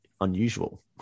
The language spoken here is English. unusual